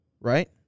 right